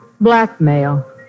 Blackmail